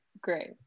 great